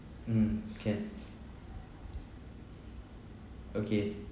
mm can okay